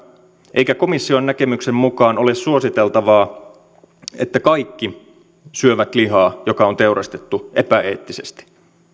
eikä komission näkemyksen mukaan ole suositeltavaa että kaikki syövät lihaa joka on teurastettu epäeettisesti